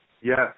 Yes